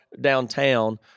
downtown